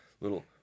little